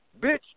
Bitch